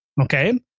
okay